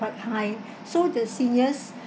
quite high so the seniors